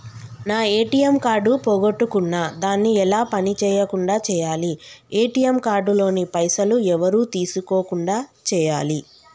నా ATM card పోగొట్టుకున్నా దాన్ని ఎలా పని చేయకుండా చేయాలి ఏ.టి.ఎమ్ కార్డు లోని పైసలు ఎవరు తీసుకోకుండా చేయాలి?